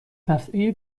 دفعه